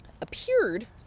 appeared